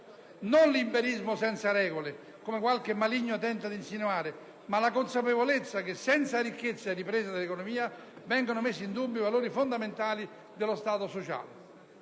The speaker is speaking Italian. Non liberismo senza regole, come qualche maligno tenta di insinuare, ma la consapevolezza che senza ricchezza e ripresa dell'economia vengono messi in dubbio i valori fondamentali dello Stato sociale.